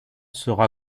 sera